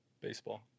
Baseball